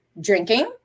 drinking